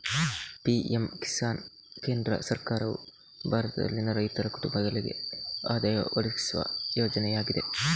PM Kisan ಕೇಂದ್ರ ಸರ್ಕಾರವು ಭಾರತದಲ್ಲಿನ ರೈತರ ಕುಟುಂಬಗಳಿಗೆ ಆದಾಯ ಒದಗಿಸುವ ಯೋಜನೆಯಾಗಿದೆ